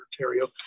Ontario